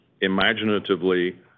imaginatively